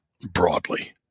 broadly